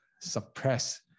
suppress